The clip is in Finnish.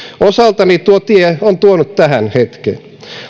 osaltani tuo tie on tuonut tähän hetkeen